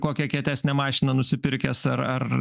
kokią kietesnę mašiną nusipirkęs ar ar